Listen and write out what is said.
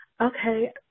okay